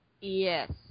Yes